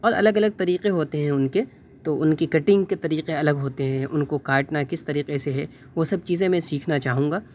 اور الگ الگ طریقے ہوتے ہیں ان کے تو ان کی کٹنگ کے طریقے الگ ہوتے ہیں ان کو کاٹنا کس طریقے سے ہے وہ سب چیزیں میں سیکھنا چاہوں گا